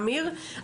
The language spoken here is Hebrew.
אמיר,